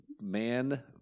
Man